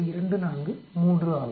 243 ஆகும்